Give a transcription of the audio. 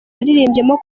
yaririmbyemo